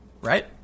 right